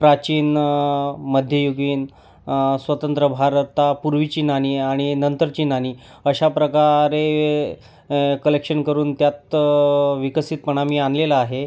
प्राचीन मध्ययुगीन स्वतंत्र भारतापूर्वीची नाणी आणि नंतरची नाणी अशा प्रकारे कलेक्शन करून त्यात विकसितपणा मी आणलेला आहे